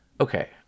Okay